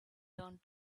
turned